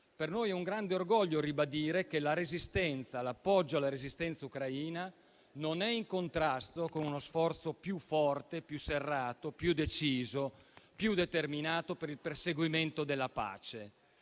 per noi è un grande orgoglio affermare ancora che l'appoggio alla resistenza ucraina non è in contrasto con uno sforzo più forte, più serrato, più deciso e più determinato per il perseguimento della pace.